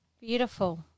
Beautiful